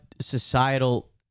societal